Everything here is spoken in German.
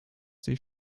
sich